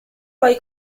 poi